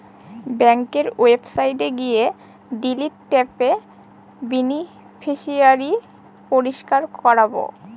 ব্যাঙ্কের ওয়েবসাইটে গিয়ে ডিলিট ট্যাবে বেনিফিশিয়ারি পরিষ্কার করাবো